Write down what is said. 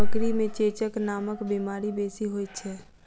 बकरी मे चेचक नामक बीमारी बेसी होइत छै